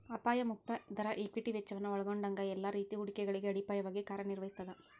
ಅಪಾಯ ಮುಕ್ತ ದರ ಈಕ್ವಿಟಿ ವೆಚ್ಚವನ್ನ ಒಲ್ಗೊಂಡಂಗ ಎಲ್ಲಾ ರೇತಿ ಹೂಡಿಕೆಗಳಿಗೆ ಅಡಿಪಾಯವಾಗಿ ಕಾರ್ಯನಿರ್ವಹಿಸ್ತದ